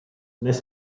n’est